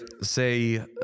say